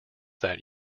that